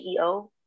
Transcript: CEO